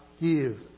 give